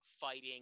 fighting